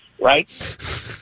right